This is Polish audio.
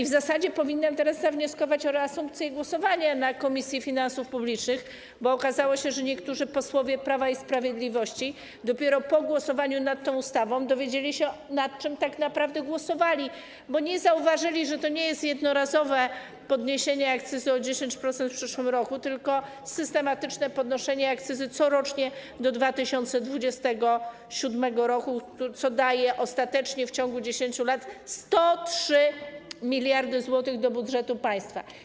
W zasadzie powinnam teraz zawnioskować o reasumpcję głosowania na posiedzeniu Komisji Finansów Publicznych, bo okazało się, że niektórzy posłowie Prawa i Sprawiedliwości dopiero po głosowaniu nad tą ustawą dowiedzieli się, nad czym tak naprawdę głosowali, bo nie zauważyli, że to nie jest jednorazowe podniesienie akcyzy o 10% w przyszłym roku, tylko systematyczne podnoszenie akcyzy corocznie do 2027 r., co daje ostatecznie w ciągu 10 lat 103 mld zł do budżetu państwa.